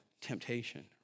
temptation